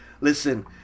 Listen